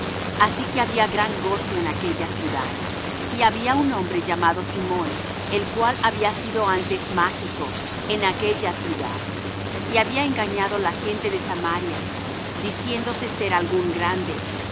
así que había gran gozo en aquella ciudad y había un hombre llamado simón el cual había sido antes mágico en aquella ciudad y había engañado la gente de samaria diciéndose ser algún grande